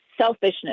selfishness